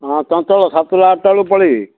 ହଁ ଚଞ୍ଚଳ ସାତରୁ ଆଠଟା ବେଳୁ ପଳାଇବି